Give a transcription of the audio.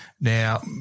now